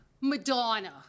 Madonna